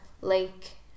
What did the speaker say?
Lake